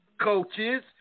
coaches